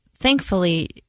Thankfully